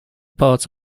parts